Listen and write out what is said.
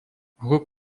hluk